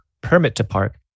permit-to-park